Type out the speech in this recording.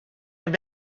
have